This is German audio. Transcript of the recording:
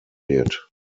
wird